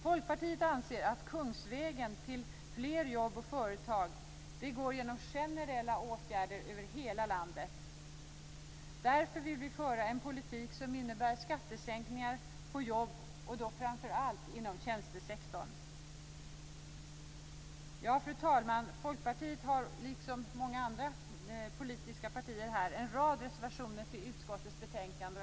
Folkpartiet anser att kungsvägen till fler jobb och fler företag går genom generella åtgärder över hela landet. Därför vill vi föra en politik som innebär skattesänkningar på jobb, och då framför allt inom tjänstesektorn. Fru talman! Folkpartiet har, liksom många andra politiska partier här, en rad reservationer till utskottets betänkande.